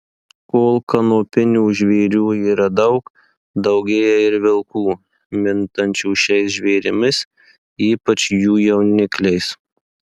kol kanopinių žvėrių yra daug daugėja ir vilkų mintančių šiais žvėrimis ypač jų jaunikliais